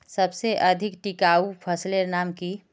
सबसे अधिक टिकाऊ फसलेर नाम की?